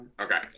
Okay